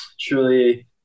truly